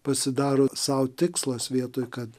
pasidaro sau tikslas vietoj kad